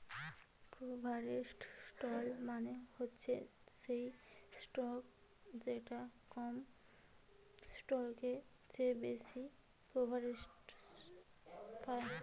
preferred stock মানে হচ্ছে সেই স্টক যেটা কমন স্টকের চেয়ে বেশি প্রেফারেন্স পায়